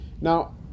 Now